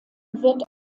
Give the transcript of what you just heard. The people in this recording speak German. wird